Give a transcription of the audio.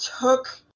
took